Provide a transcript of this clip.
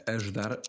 ajudar